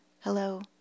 hello